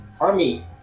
army